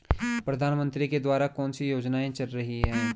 प्रधानमंत्री के द्वारा कौनसी योजनाएँ चल रही हैं?